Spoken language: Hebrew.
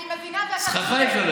אני מבינה ואתה צודק.